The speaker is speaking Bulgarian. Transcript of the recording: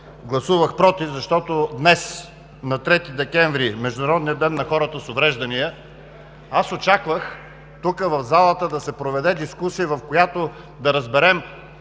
Гласувах „против“, защото днес, на 3 декември – Международния ден на хората с увреждания, аз очаквах тук, в залата, да се проведе дискусия, в която да разберем